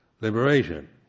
liberation